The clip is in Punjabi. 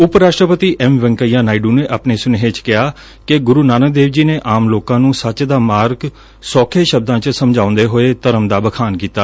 ਉਪ ਰਾਸ਼ਟਰਪਤੀ ਐਮ ਵੈਂਕਈਆ ਨਾਇਡੁ ਨੇ ਆਪਣੇ ਸੁਨੇਹੇ ਚ ਕਿਹਾ ਕਿ ਗੁਰੁ ਨਾਨਕ ਦੇਵ ਜੀ ਨੇ ਆਮ ਲੋਕਾਂ ਨੂੰ ਸੱਚ ਦਾ ਮਾਰਗ ਸੋਖੇ ਸ਼ਬਦਾਂ ਵਿਚ ਸਮਝਾਦੇ ਹੋਏ ਧਰਮ ਦਾ ਬਖਾਨ ਕੀਤਾ